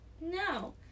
no